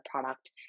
product